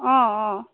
অ অ